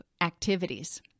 activities